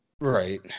Right